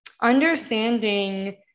Understanding